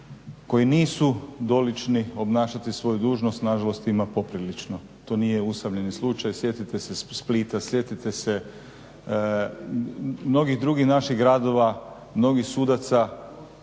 koji nisu dolični obnašati svoju dužnost nažalost ima poprilično. To nije usamljeni slučaj. Sjetite se Splita, sjetite se mnogih drugih naših gradova, mnogih sudaca,